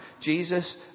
Jesus